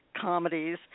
comedies